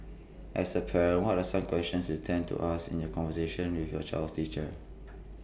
as A parent what are some questions you tend to ask in your conversations with your child's teacher